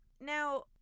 now